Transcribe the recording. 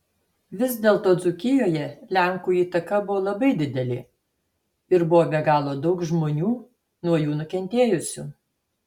vis dėlto dzūkijoje lenkų įtaka buvo labai didelė ir buvo be galo daug žmonių nuo jų nukentėjusių